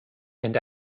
and